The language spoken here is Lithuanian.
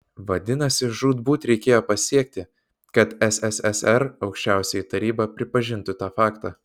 vadinasi žūtbūt reikėjo pasiekti kad sssr aukščiausioji taryba pripažintų tą faktą